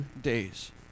days